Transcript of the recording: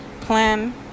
plan